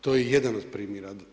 To je jedan od primjera.